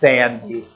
Sandy